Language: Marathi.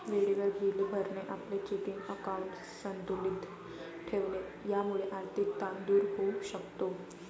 वेळेवर बिले भरणे, आपले चेकिंग अकाउंट संतुलित ठेवणे यामुळे आर्थिक ताण दूर होऊ शकतो